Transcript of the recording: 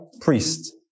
priest